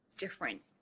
Different